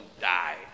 died